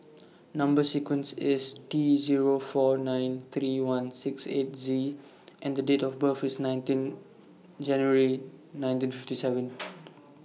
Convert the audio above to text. Number sequence IS T Zero four nine three one six eight Z and Date of birth IS nineteen January nineteen fifty seven